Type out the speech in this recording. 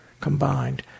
combined